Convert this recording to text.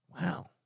Wow